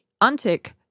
untick